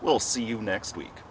we'll see you next week